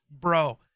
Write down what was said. Bro